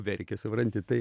verkia supranti tai